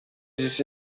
this